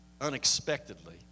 Unexpectedly